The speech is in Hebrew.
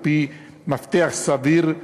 על-פי מפתח סביר,